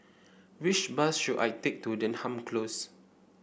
which bus should I take to Denham Close